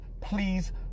please